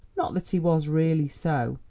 not that he was really so.